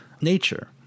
nature